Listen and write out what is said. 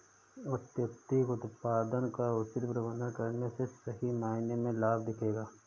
अत्यधिक उत्पादन का उचित प्रबंधन करने से सही मायने में लाभ दिखेगा